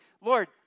Lord